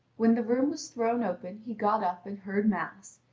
when the room was thrown open he got up and heard mass,